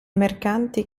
mercanti